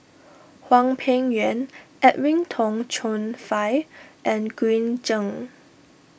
Hwang Peng Yuan Edwin Tong Chun Fai and Green Zeng